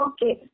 Okay